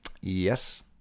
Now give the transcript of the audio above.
Yes